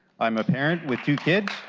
i am a parent with two kids,